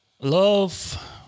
love